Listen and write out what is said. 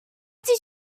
did